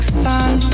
sun